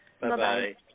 Bye-bye